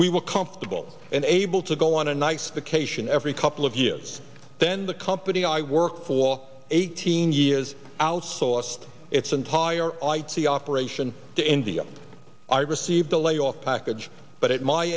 we were comfortable and able to go on a nice the cation every couple of years then the company i worked for eighteen years outsourced its entire i t operation to india i received a layoff package but at my